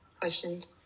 questions